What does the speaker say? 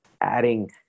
adding